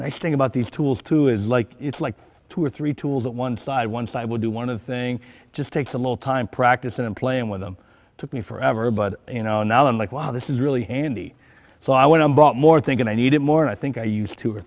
nice thing about these tools two is like it's like two or three tools that one side once i would do one of the thing just takes a little time practicing and playing with them took me forever but you know now i'm like wow this is really handy so i went and bought more thinking i needed more and i think i use two or